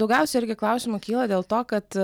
daugiausiai irgi klausimų kyla dėl to kad